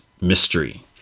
Mystery